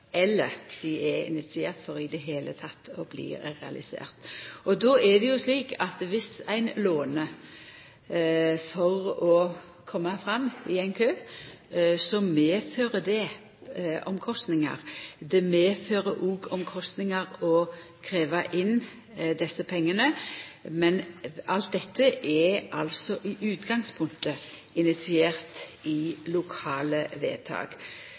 eller dei er initierte for i det heile å bli realiserte. Det er jo slik at dersom ein låner for å koma fram i ein kø, medfører det kostnader. Det medfører òg kostnader å krevja inn desse pengane, men alt dette er altså i utgangspunktet initiert i lokale vedtak.